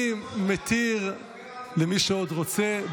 אני מתיר למי שעוד רוצה.